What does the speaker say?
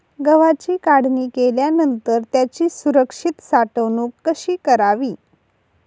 गव्हाची काढणी केल्यानंतर त्याची सुरक्षित साठवणूक कशी करावी?